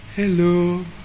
Hello